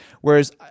whereas